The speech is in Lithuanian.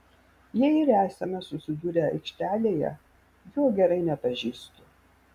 jei ir esame susidūrę aikštelėje jo gerai nepažįstu